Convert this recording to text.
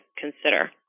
consider